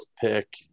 pick